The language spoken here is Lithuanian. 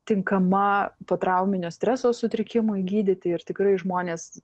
tinkama potrauminio streso sutrikimui gydyti ir tikrai žmonės